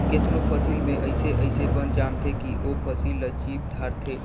केतनो फसिल में अइसे अइसे बन जामथें कि ओ फसिल ल चीप धारथे